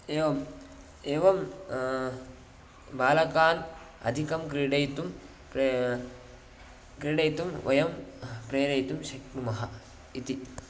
एवम् एवं बालकान् अधिकं क्रीडयितुं प्रे क्रीडयितुं वयं प्रेरयितुं शक्नुमः इति